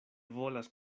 volas